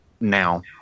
now